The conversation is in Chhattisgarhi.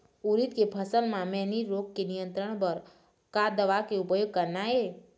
उरीद के फसल म मैनी रोग के नियंत्रण बर का दवा के उपयोग करना ये?